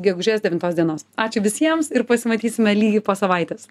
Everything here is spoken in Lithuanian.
gegužės devintos dienos ačiū visiems ir pasimatysime lygiai po savaitės